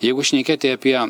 jeigu šnekėti apie